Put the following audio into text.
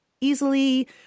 easily